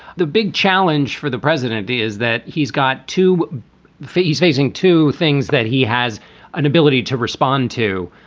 the big challenge for the president is that he's got two feet. he's facing two things that he has an ability to respond to,